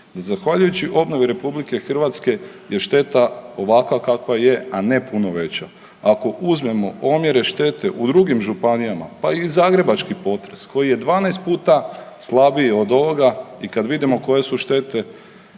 Zahvaljujući obnovi Republike Hrvatske je šteta ovakva kakva je, a ne puno veća. Ako uzmemo omjere štete u drugim županijama, pa i zagrebački potres koji je 12 puta slabiji od ovoga i kada vidimo koje su štete